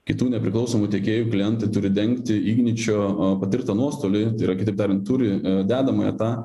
kitų nepriklausomų tiekėjų klientai turi dengti igničio patirtą nuostolį tai yra kitaip tariant turi dedamąją tą